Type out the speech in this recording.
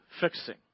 fixing